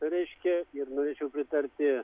reiškia ir norėčiau pritarti